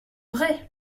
vrai